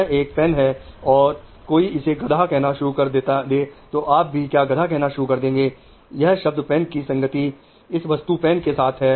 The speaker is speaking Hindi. यह एक पेन है और कोई इसे गधा कहना शुरू कर दे तो आप भी क्या गधा कहना शुरू कर देंगे इस शब्द पेन की संगति इस वस्तु पेन के साथ है